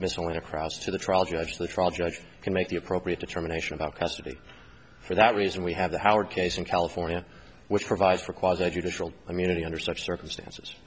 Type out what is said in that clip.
missing across to the trial judge the trial judge can make the appropriate determination about custody for that reason we have the howard case in california which provides for quite educational community under such circumstances